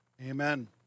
amen